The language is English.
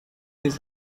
this